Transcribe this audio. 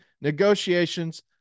negotiations